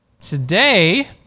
Today